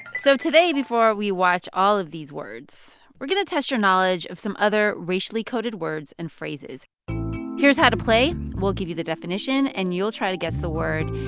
so, today, before we watch all of these words, words, we're going to test your knowledge of some other racially coded words and phrases here's how to play. we'll give you the definition, and you'll try to guess the word.